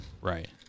Right